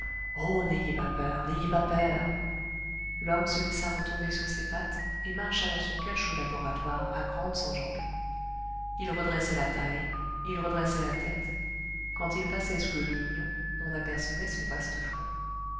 oh n'ayez pas peur n'ayez pas peur l'homme se laissa retomber sur ses pattes et marcha dans son cachot laboratoire à grandes enjambées il redressait la taille il redressait la tête quand il passait sous le lumignon on apercevait son vaste front